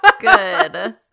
good